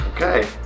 Okay